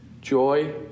joy